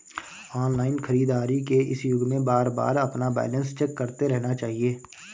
online खरीदारी के इस युग में बारबार अपना बैलेंस चेक करते रहना चाहिए